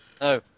No